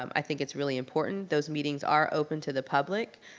i think it's really important. those meetings are open to the public.